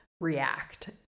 react